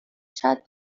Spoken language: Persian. شاید